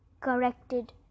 Corrected